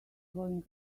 going